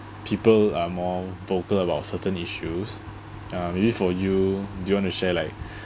people are more vocal about certain issues uh maybe for you do you want to share like